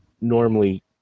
normally